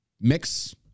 mix